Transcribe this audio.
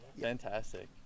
Fantastic